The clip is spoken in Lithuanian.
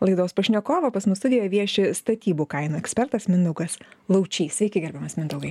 laidos pašnekovą pas mus studijoje vieši statybų kainų ekspertas mindaugas laučys iki gerbiamas mindaugai